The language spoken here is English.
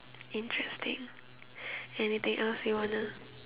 interesting anything else you want to